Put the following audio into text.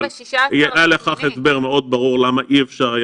היה לכך הסבר מאוד ברור למה אי אפשר היה